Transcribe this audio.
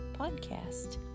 Podcast